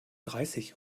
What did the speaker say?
dreißig